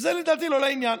שזה לדעתי לא לעניין.